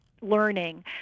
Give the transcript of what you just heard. learning